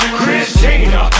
Christina